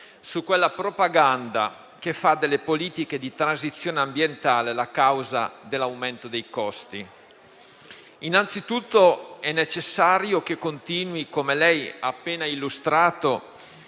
su quella propaganda, che fa delle politiche di transizione ambientale la causa dell'aumento dei costi. Innanzitutto è necessario che continui, come lei ha appena illustrato,